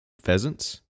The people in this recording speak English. pheasants